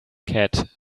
cat